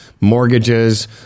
mortgages